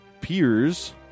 peers